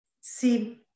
see